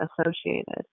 associated